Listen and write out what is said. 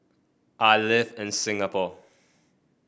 I live in Singapore